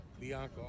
Bianca